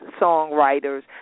songwriters